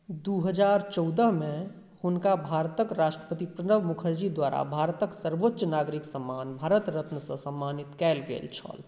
दू हजार चौदहमे हुनका भारतक राष्ट्रपति प्रणब मुखर्जी द्वारा भारतक सर्वोच्च नागरिक सम्मान भारत रत्नसँ सम्मानित कयल गेल छल